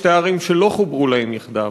שתי הערים שלא חוברו להן יחדיו,